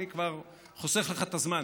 אני כבר חוסך לך את הזמן,